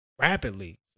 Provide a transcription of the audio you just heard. rapidly